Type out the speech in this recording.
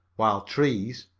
while trees,